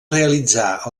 realitzar